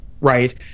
right